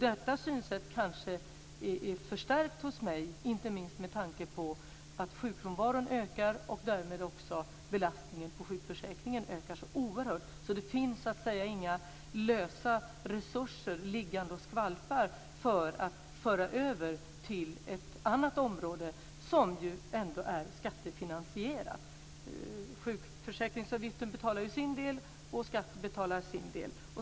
Detta synsätt är kanske förstärkt hos mig inte minst med tanke på att sjukfrånvaron ökar, och därmed ökar också belastningen på sjukförsäkringen oerhört. Det finns inga lösa resurser liggande och skvalpar att föra över till ett annat område, som ju ändå är skattefinansierat. Sjukförsäkringsavgiften betalar sin del, och skatten betalar sin del.